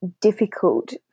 difficult